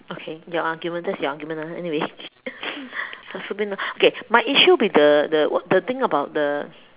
okay your argument that is your argument lah anyway 随便 lah okay my issue will be the the the thing about the